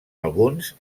alguns